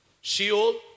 Sheol